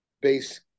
base